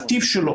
הטיב שלו,